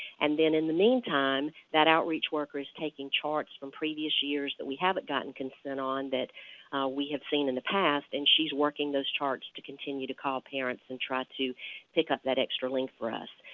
and then in the meantime, that outreach worker is taking charts from previous words that we haven't gotten consent on that we have seen in the past, and she's working those charts to continue to call parents and try to pick up that extra link for us.